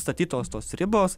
statytos tos ribos